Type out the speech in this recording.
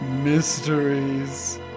mysteries